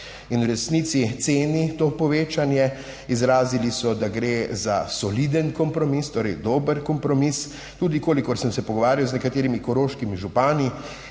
resnici ceni to povečanje. Izrazili so, da gre za soliden kompromis, torej dober kompromis, tudi, kolikor sem se pogovarjal z nekaterimi koroškimi župani